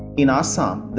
in assam the